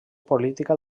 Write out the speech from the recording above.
política